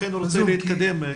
לכן רצינו להתקדם,